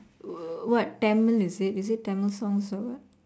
what~ what Tamil is it is it Tamil songs or what